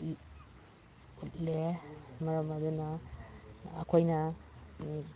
ꯎꯠꯂꯦ ꯃꯔꯝ ꯑꯗꯨꯅ ꯑꯩꯈꯣꯏꯅ